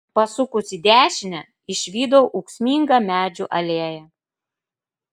pasukus į dešinę išvydau ūksmingą medžių alėją